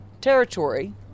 territory